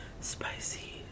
spicy